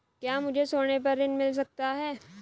क्या मुझे सोने पर ऋण मिल सकता है?